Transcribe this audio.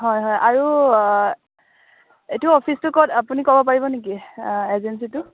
হয় হয় আৰু এইটো অফিচটো ক'ত আপুনি ক'ব পাৰিব নেকি এজেঞ্চিটো